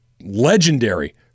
legendary